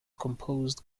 composed